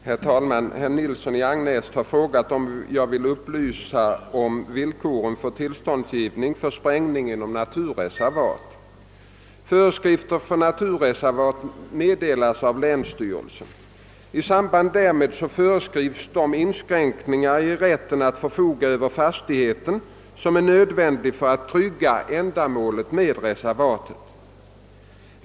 Herr talman! Herr Nilsson i Agnäs har frågat, om jag vill upplysa om villkoren för tillståndsgivningen för sprängning inom naturreservat. Föreskrifter för naturreservat meddelas av länsstyrelsen. I samband därmed föreskrivs de inskränkningar i rätten att förfoga över fastighet som är nödvändiga för att trygga ändamålet med reservatet.